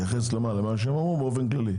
להתייחס למה שהם אמרו כאן או באופן כללי?